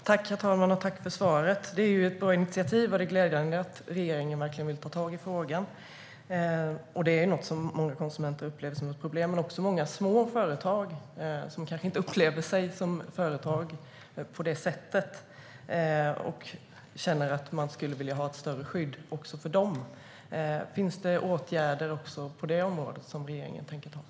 Herr talman! Tack för svaret, Per Bolund! Det är ett bra initiativ, och det är glädjande att regeringen verkligen vill ta tag i frågan. Det här är något som många konsumenter upplever som ett problem, och det gäller även många små företag som kanske inte uppfattar sig som företag på det sättet. De skulle också vilja ha ett större skydd. Finns det åtgärder även på det området som regeringen tänker vidta?